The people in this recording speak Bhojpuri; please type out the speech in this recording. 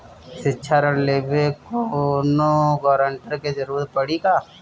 शिक्षा ऋण लेवेला कौनों गारंटर के जरुरत पड़ी का?